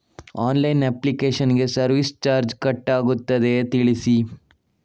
Online application ಗೆ service charge cut ಆಗುತ್ತದೆಯಾ ತಿಳಿಸಿ?